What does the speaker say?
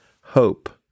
hope